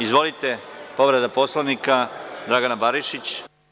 Izvolite, povreda Poslovnika, Dragana Barišić.